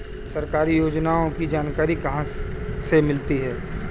सरकारी योजनाओं की जानकारी कहाँ से मिलती है?